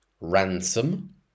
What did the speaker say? Ransom